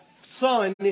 Son